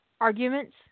arguments